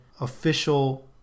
official